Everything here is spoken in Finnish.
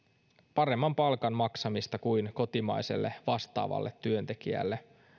paremman palkan maksamista kuin kotimaiselle vastaavalle työntekijälle